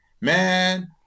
Man